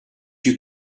you